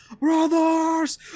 brothers